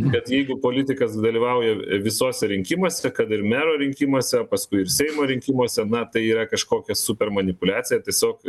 bet jeigu politikas dalyvauja visuose rinkimuose kad ir mero rinkimuose paskui seimo rinkimuose na tai yra kažkokia super manipuliacija tiesiog